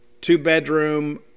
two-bedroom